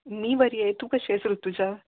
मी बरी आहे तू कशी आहेस ऋतुजा